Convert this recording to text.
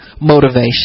motivation